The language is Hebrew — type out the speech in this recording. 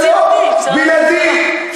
שלו, בלעדי.